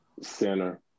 center